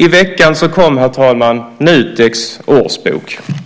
I veckan kom Nuteks årsbok, herr talman.